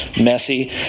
messy